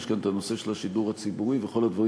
יש כאן הנושא של השידור הציבורי וכל הדברים